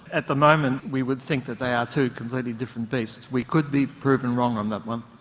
at the moment we would think that they are two completely different beasts. we could be proven wrong on that one.